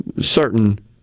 certain